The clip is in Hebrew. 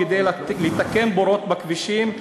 כדי לתקן בורות בכבישים,